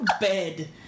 bed